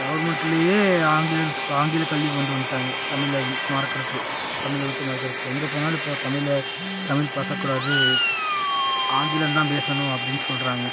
கவர்மெண்ட்லையே ஆங்கிலஸ் ஆங்கிலக் கல்வி கொண்டு வந்துவிட்டாங்க தமிழை மறக்கறக்கு தமிழை விட்டு மறக்கறக்கு எங்கே போனாலும் இப்போ தமிழை தமிழ் பேசக் கூடாது ஆங்கிலம் தான் பேசணும் அப்படின்னு சொல்லுறாங்க